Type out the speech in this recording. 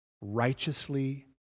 righteously